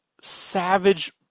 savage